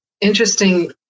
interesting